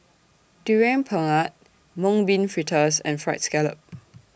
Durian Pengat Mung Bean Fritters and Fried Scallop